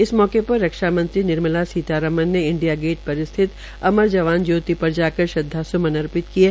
इस अवसर पर रक्षा मंत्री निर्मला सीतारमण ने इंडिया गेट पर स्थित अमर जवान ज्योति पर जाकर श्रद्वा स्मन अर्पित किये